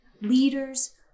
leaders